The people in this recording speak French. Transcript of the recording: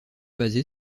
basé